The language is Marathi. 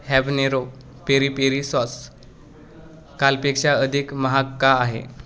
हॅवनेरो पेरी पेरी सॉस कालपेक्षा अधिक महाग का आहे